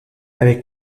avec